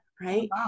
right